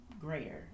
greater